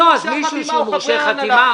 בנושא של חוק הגמ"חים באופן אינטנסיבי,